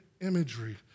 imagery